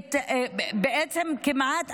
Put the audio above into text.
בעצם כמעט,